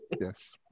Yes